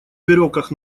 веревках